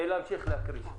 אני מבקש להמשיך בהקראה.